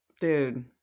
Dude